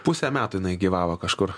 pusę metų jinai gyvavo kažkur